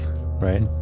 Right